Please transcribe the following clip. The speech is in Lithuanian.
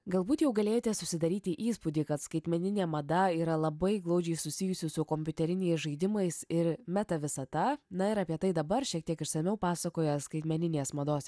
galbūt jau galėjote susidaryti įspūdį kad skaitmeninė mada yra labai glaudžiai susijusi su kompiuteriniais žaidimais ir metavisata na ir apie tai dabar šiek tiek išsamiau pasakoja skaitmeninės mados